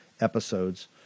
episodes